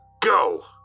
Go